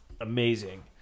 Amazing